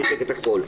שיתק את הכול.